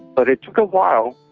but it took a while,